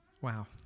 Wow